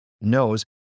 knows